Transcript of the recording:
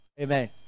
Amen